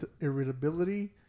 irritability